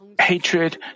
Hatred